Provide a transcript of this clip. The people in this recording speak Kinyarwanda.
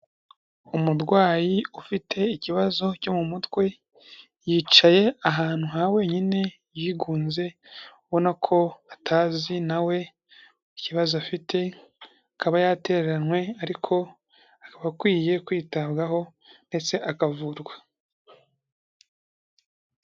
Umurwayi ufite ikibazo cyo mu mutwe yicaye ahantu ha wenyine yigunze ubona ko atazi na we ikibazo afite, akaba yatereranywe ariko akaba akwiye kwitabwaho ndetse akavurwa.